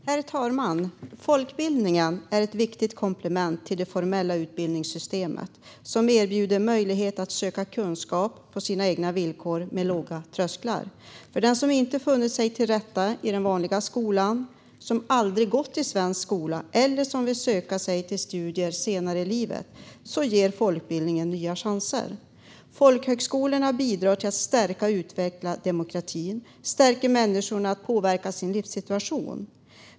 Herr talman! Folkbildningen är ett viktigt komplement till det formella utbildningssystemet. Den erbjuder möjlighet för människor att söka kunskap på sina egna villkor, och det är låga trösklar. För den som inte funnit sig till rätta i den vanliga skolan, den som aldrig gått i svensk skola eller den som vill söka sig till studier senare i livet ger folkbildningen nya chanser. Folkhögskolorna bidrar till att stärka och utveckla demokratin. De stärker människorna i att påverka sin livssituation.